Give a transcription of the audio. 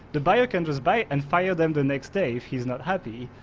the buyer can just buy it and fire them the next day if he's not happy.